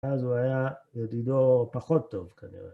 אז הוא היה ידידו פחות טוב כנראה.